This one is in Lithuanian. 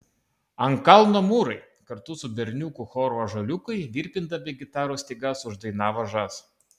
ant kalno mūrai kartu su berniukų choru ąžuoliukai virpindami gitarų stygas uždainavo žas